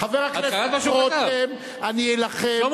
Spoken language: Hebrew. חבר הכנסת רותם, אני אלחם, אתה קראת מה שהוא כתב?